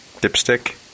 Dipstick